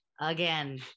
Again